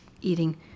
eating